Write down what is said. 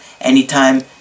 anytime